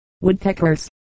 woodpeckers